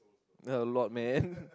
a lot man